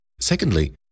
Secondly